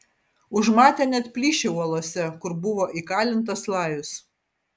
užmatė net plyšį uolose kur buvo įkalintas lajus